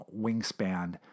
wingspan